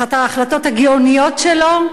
אחת ההחלטות הגאוניות שלו,